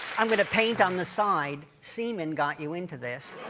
i'm going to paint on the side, semen got you into this.